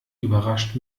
überrascht